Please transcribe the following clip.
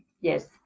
Yes